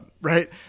right